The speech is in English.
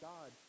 God